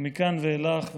ומכאן ואילך,